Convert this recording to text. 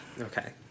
Okay